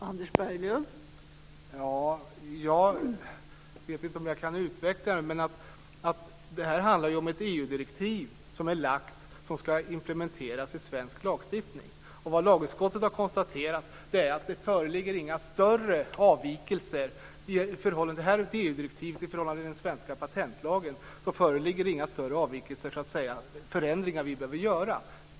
Fru talman! Jag vet inte om jag kan utveckla det. Men det här handlar om ett EG-direktiv som ska implementeras i svensk lagstiftning. Det lagutskottet har konstaterat är att det inte föreligger några större avvikelser från EG-direktivet i den svenska patentlagen. Vi behöver inte göra några större förändringar.